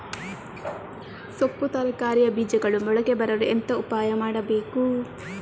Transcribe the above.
ಸೊಪ್ಪು ತರಕಾರಿಯ ಬೀಜಗಳು ಮೊಳಕೆ ಬರಲು ಎಂತ ಉಪಾಯ ಮಾಡಬೇಕು?